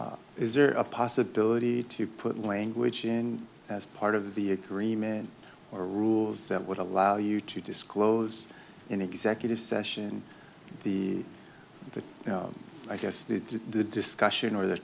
renewals is there a possibility to put language in as part of the agreement or rules that would allow you to disclose in executive session the the i guess the the discussion or the